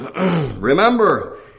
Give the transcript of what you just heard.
Remember